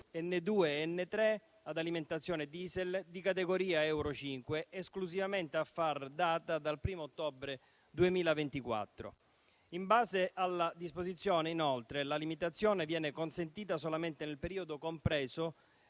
N2 e N3 ad alimentazione diesel, di categoria euro 5, esclusivamente a far data dal 1° ottobre 2024. In base alla disposizione, inoltre, la limitazione viene consentita solamente nel periodo compreso